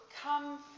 come